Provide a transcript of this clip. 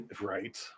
Right